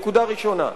נקודה ראשונה.